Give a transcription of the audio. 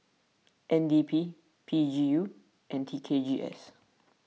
N D P P G U and T K G S